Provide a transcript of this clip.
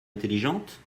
intelligente